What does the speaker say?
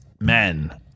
men